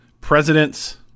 presidents